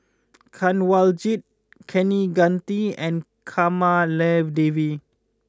Kanwaljit Kaneganti and Kamaladevi